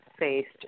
faced